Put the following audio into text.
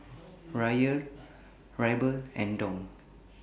Riyal Ruble and Dong